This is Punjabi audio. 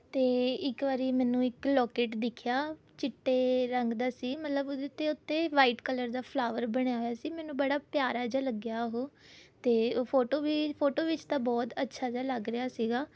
ਅਤੇ ਇੱਕ ਵਾਰੀ ਮੈਨੂੰ ਇੱਕ ਲੋਕਿਟ ਦਿਖਿਆ ਚਿੱਟੇ ਰੰਗ ਦਾ ਸੀ ਮਤਲਬ ਉਹਦੇ ਉੱਤੇ ਉੱਤੇ ਵਾਈਟ ਕਲਰ ਦਾ ਫੋਲਾਵਰ ਬਣਿਆ ਹੋਇਆ ਸੀ ਮੈਨੂੰ ਬੜਾ ਪਿਆਰਾ ਜਿਹਾ ਲੱਗਿਆ ਉਹ ਅਤੇ ਉਹ ਫੋਟੋ ਵੀ ਫੋਟੋ ਵਿੱਚ ਤਾਂ ਬਹੁਤ ਅੱਛਾ ਜਿਹਾ ਲੱਗ ਰਿਹਾ ਸੀਗਾ